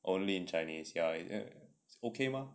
only in chinese ya eh okay 吗